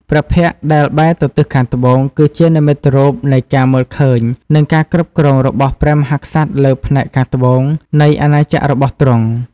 ព្រះភ័ក្ត្រដែលបែរទៅទិសខាងត្បូង គឺជានិមិត្តរូបនៃការមើលឃើញនិងការគ្រប់គ្រងរបស់ព្រះមហាក្សត្រលើផ្នែកខាងត្បូងនៃអាណាចក្ររបស់ទ្រង់។